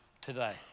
today